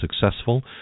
successful